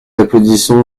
applaudissons